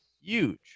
huge